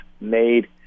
made